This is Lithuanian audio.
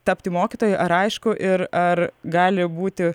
tapti mokytoju ar aišku ir ar gali būti